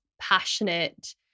passionate